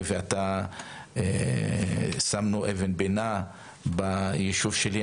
אני ואתה שמנו אבן פינה ביישוב שלי,